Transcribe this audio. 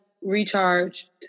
recharge